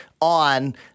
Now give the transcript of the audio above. on